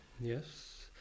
Yes